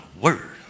word